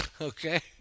okay